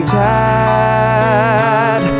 dad